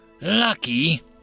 lucky